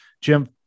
Jim